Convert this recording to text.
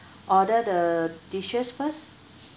order the dishes first